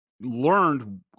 learned